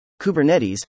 Kubernetes